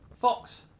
fox